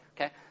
Okay